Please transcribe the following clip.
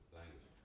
language